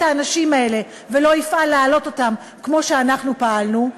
האנשים האלה ולא יפעל להעלות אותם כמו שאנחנו פעלנו.